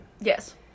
Yes